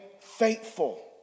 faithful